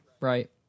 right